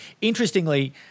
interestingly